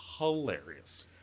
hilarious